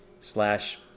slash